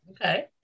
Okay